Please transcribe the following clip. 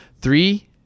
Three